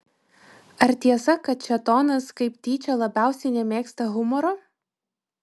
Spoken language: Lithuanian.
ar tiesa kad šėtonas kaip tyčia labiausiai nemėgsta humoro